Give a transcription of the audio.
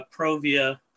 Provia